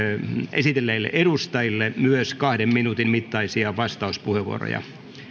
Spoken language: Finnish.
esitelleille edustajille myös kahden minuutin mittaisia vastauspuheenvuoroja